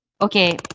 Okay